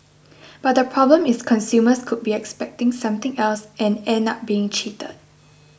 but the problem is consumers could be expecting something else and end up being cheated